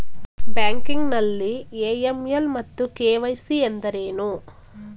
Banking ನಲ್ಲಿ AML ಮತ್ತು KYC ಎಂದರೇನು?